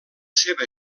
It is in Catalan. seva